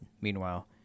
Meanwhile